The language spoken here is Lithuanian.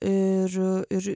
ir ir